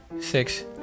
six